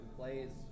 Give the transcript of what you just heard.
plays